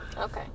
Okay